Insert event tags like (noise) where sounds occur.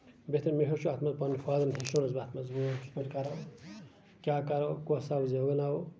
بہتر مےٚ ہیوٚچھ اَتھ منٛز یہِ پَنُن فارمُک (unintelligible) کِتھ پٲٹھۍ کرو کیاہ کَرو کۄس سبزی بَناوو